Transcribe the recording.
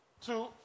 Two